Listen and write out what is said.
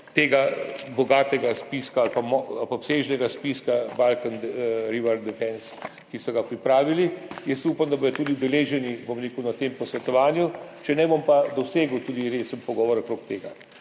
tega bogatega spiska, obsežnega spiska Balkan River Defence, ki so ga pripravili. Upam, da bodo tudi udeleženi na tem posvetovanju, če ne, bom pa dosegel tudi resen pogovor okrog tega.